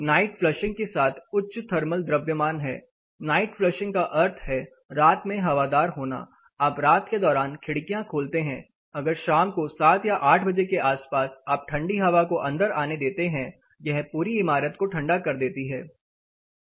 night flushing के साथ उच्च थर्मल द्रव्यमान है नाइट फ्लशिंग का अर्थ है रात में हवादार होना आप रात के दौरान खिड़कियां खोलते हैं अगर शाम को 7 या 8 बजे के आसपास आप ठंडी हवा को अंदर आने देते हैं यह पूरी इमारत को ठंडा कर देती है